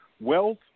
wealth